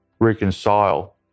reconcile